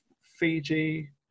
Fiji